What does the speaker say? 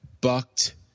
bucked